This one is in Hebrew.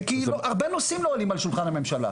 כי הרבה נושאים לא עולים על שולחן הממשלה.